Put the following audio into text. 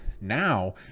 Now